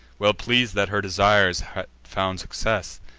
well pleas'd that her desires had found success,